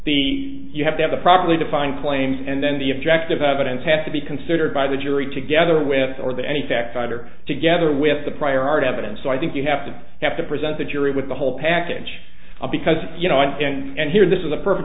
the you have to have the probably defined claims and then the objective evidence has to be considered by the jury together with or that any facts either together with the prior art evidence so i think you have to have to present the jury with the whole package because you know i end here this is a perfect